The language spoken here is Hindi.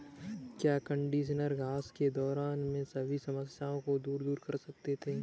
क्या कंडीशनर घास के मैदान में सभी समस्याओं को दूर कर देते हैं?